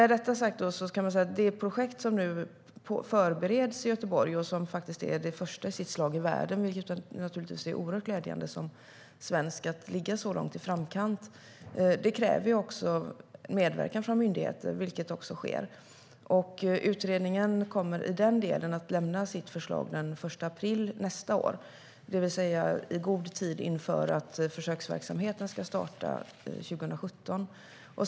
Det projekt som nu förbereds i Göteborg, som faktiskt är det första i sitt slag i världen - det är oerhört roligt som svensk att ligga så långt i framkant - kräver också medverkan från myndigheter, vilket också sker. Utredningen i delen kommer att lämna sitt förslag den 1 april nästa år, det vill säga i god tid inför att försöksverksamheten ska starta 2017.